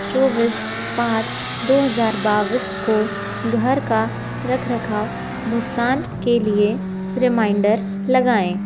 चौबीस पाँच दो हज़ार बाईस को घर का रखरखाव भुगतान के लिए रिमाइंडर लगाएँ